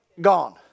gone